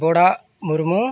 ᱵᱚᱲᱟ Murmu